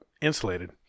insulated